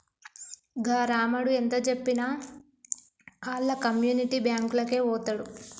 గా రామడు ఎంతజెప్పినా ఆళ్ల కమ్యునిటీ బాంకులకే వోతడు